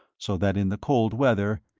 so that in the cold weather,